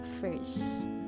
first